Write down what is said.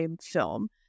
film